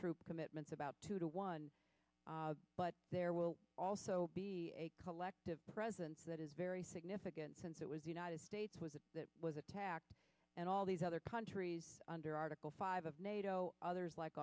troop commitments about two to one but there will also be collective presence that is very significant since it was the united states was it was attacked and all these other countries under article five of nato others like